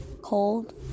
cold